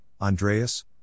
Andreas